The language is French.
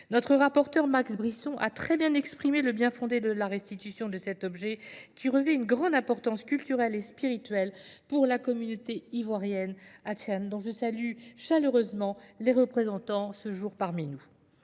Notre rapporteur Max Brisson a très bien exprimé le bien fondé de la restitution de cet objet qui revêt une grande importance culturelle et spirituelle pour la communauté ivoirienne à Tchènes dont je salue chaleureusement les représentants ce jour parmi nous.